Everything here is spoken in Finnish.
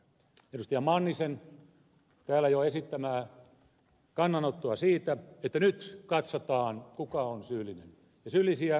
mannisen täällä jo esittämää kannanottoa siitä että nyt katsotaan kuka on syyllinen ja syyllisiä potentiaalisesti on kolme